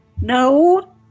No